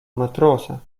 матроса